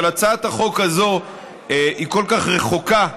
אבל הצעת החוק הזו היא כל כך רחוקה.